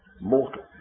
mortal